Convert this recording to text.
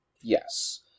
Yes